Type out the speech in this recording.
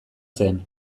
zen